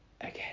again